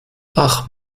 ach